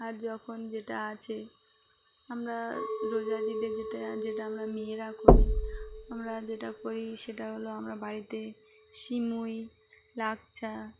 আর যখন যেটা আছে আমরা রোজারিদের যেতে যেটা আমরা মেয়েরা করি আমরা যেটা করি সেটা হলো আমরা বাড়িতে সিমুই লাকচা